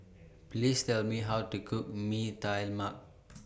Please Tell Me How to Cook Mee Tai Mak